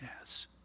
Yes